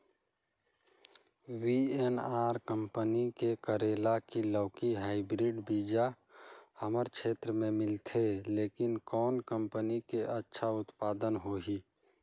VNR company के करेला की लौकी हाईब्रिड बीजा हमर क्षेत्र मे मिलथे, लेकिन कौन कंपनी के अच्छा उत्पादन होही?